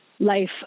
life